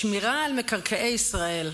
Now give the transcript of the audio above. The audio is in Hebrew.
שמירה על מקרקעי ישראל.